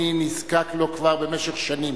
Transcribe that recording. אני נזקק לו כבר במשך שנים.